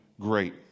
great